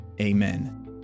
Amen